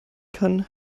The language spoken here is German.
kann